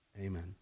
amen